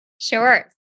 Sure